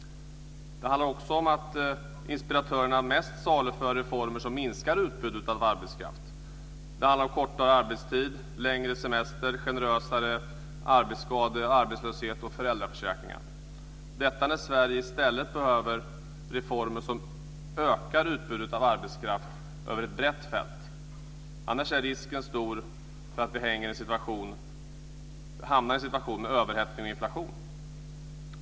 Det handlar också om att inspiratörerna mest saluför reformer som minskar utbudet av arbetskraft, bl.a. kortare arbetstid, längre semester, generösare arbetsskadeförsäkringar, arbetslöshetsförsäkringar och föräldraförsäkringar - detta när Sverige i stället behöver reformer som ökar utbudet av arbetskraft över ett brett fält. Annars är risken stor för överhettning och inflation.